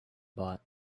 bought